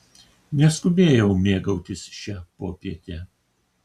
neskubėjau mėgautis šia popiete